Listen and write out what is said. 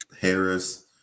Harris